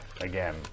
again